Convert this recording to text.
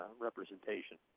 representation